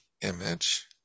image